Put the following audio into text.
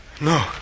No